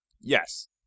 yes